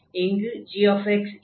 இங்கு g 1x2